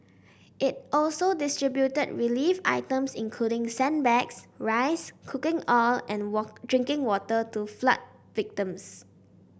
it also distributed relief items including sandbags rice cooking oil and walk drinking water to flood victims